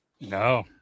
No